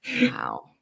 wow